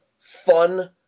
fun